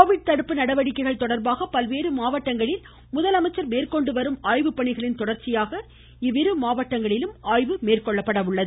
Covid தடுப்பு நடவடிக்கைகள் தொடர்பாக பல்வேறு மாவட்டங்களில் முதலமைச்சர் மேற்கொண்டு வரும் ஆய்வு பணிகளின் தொடர்ச்சியாக இவ்விரு மாவட்டங்ளில் ஆய்வு மேற்கொள்ளப்படுகிறது